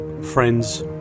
Friends